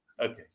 Okay